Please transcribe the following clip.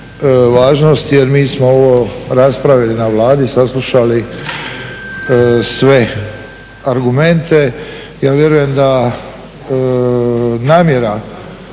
važnost jer mi smo ovo raspravili na Vladi, saslušali sve argumente. Ja vjerujem da namjera